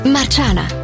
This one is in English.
Marciana